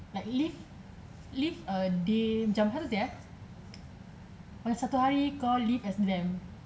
like live live a day macam how to say ah macam satu hari kau live as them